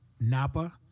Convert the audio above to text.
napa